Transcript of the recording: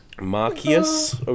Marcus